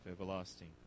everlasting